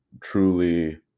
truly